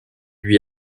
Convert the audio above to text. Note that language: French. lui